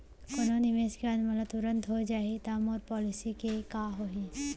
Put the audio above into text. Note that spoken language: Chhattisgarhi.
कोनो निवेश के बाद मोला तुरंत हो जाही ता मोर पॉलिसी के का होही?